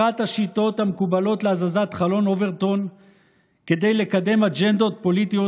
אחת השיטות המקובלות להזזת חלון אוברטון כדי לקדם אג'נדות פוליטיות,